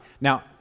Now